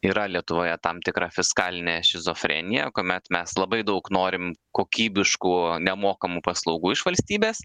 yra lietuvoje tam tikra fiskalinė šizofrenija kuomet mes labai daug norim kokybiškų nemokamų paslaugų iš valstybės